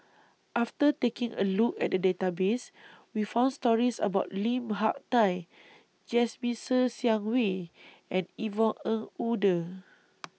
after taking A Look At The Database We found stories about Lim Hak Tai Jasmine Ser Xiang Wei and Yvonne Ng Uhde